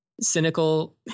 cynical